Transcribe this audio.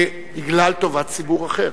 בגלל טובת ציבור אחר.